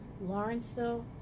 Lawrenceville